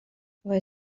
vai